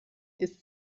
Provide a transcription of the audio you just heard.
ist